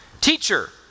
Teacher